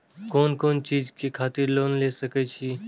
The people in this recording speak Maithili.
कोन कोन चीज के खातिर लोन ले सके छिए?